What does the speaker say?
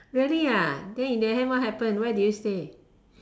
really ah then in the end what happen where did you stay